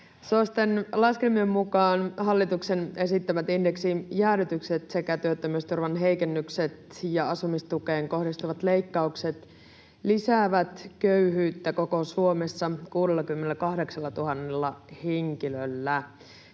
SOSTEn laskelmien mukaan hallituksen esittämät indeksijäädytykset sekä työttömyysturvan heikennykset ja asumistukeen kohdistuvat leikkaukset lisäävät köyhyyttä koko Suomessa 68 000 henkilöllä,